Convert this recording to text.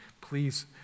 please